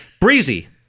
Breezy